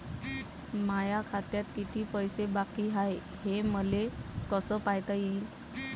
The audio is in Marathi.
माया खात्यात किती पैसे बाकी हाय, हे मले कस पायता येईन?